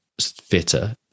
fitter